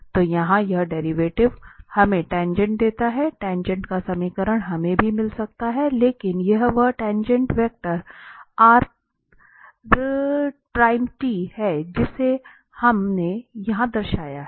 तो यहां यह डेरिवेटिव हमें टाँगेँट देता है टाँगेँट का समीकरण हमें भी मिल सकता है लेकिन यह वह टाँगेँट वेक्टर है जिसे हमने यहां दर्शाया है